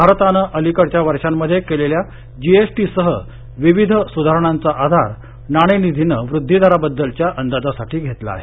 भारतानं अलिकडच्या वर्षांमध्ये केलेल्या जीएसटीसह विविध सुधारणांचा आधार नाणेनिधीनं वृद्धिदराबद्दलच्या अंदाजासाठी घेतला आहे